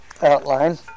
outline